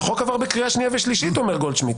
החוק עבר בקריאה שנייה ושלישית, אומר גולדשמידט.